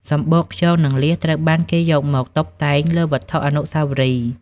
សំបកខ្យង និងលៀស ត្រូវបានគេយកមកតុបតែងលើវត្ថុអនុស្សាវរីយ៍។